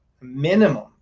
minimum